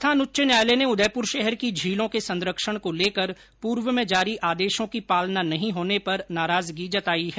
राजस्थान उच्च न्यायालय ने उदयपुर शहर की झीलों के संरक्षण को लेकर पूर्व में जारी आदेशों की पालना नहीं होने पर नाराजगी जताई है